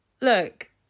Look